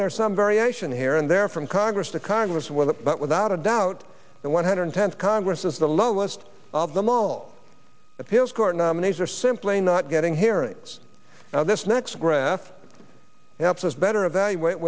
are some variation here and there from congress to congress with but without a doubt the one hundred tenth congress is the lowest of them all appeals court nominees are simply not getting hearings this next graph helps us better evaluate